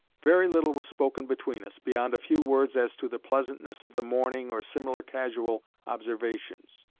very little was spoken between us, beyond a few words as to the pleasantness of the morning or similar casual observations.